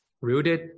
Rooted